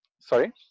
sorry